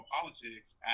politics